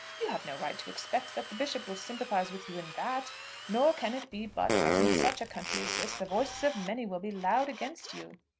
you have no right to expect that the bishop will sympathise with you in that nor can it be but that in such a country as this the voices of many will be loud against you.